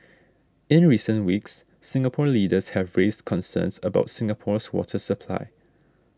in recent weeks Singapore leaders have raised concerns about Singapore's water supply